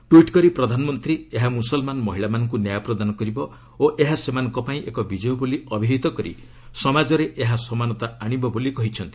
tweet କରି ପ୍ରଧାନମନ୍ତ୍ରୀ ଏହା ମୁସଲ୍ମାନ ମହିଳାମାନଙ୍କୁ ନ୍ୟାୟ ପ୍ରଦାନ କରିବ ଓ ଏହା ସେମାନଙ୍କ ପାଇଁ ଏକ ବିଜୟ ବୋଲି ଅଭିହିତ କରି ସମାଜରେ ଏହା ସମାନତା ଆଶିବ ବୋଲି କହିଛନ୍ତି